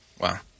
Wow